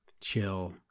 chill